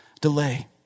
delay